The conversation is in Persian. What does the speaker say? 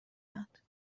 یاد